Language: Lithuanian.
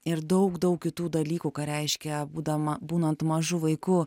ir daug daug kitų dalykų ką reiškia būdama būnant mažu vaiku